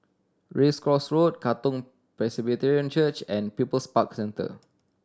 Race Course Road Katong Presbyterian Church and People's Park Centre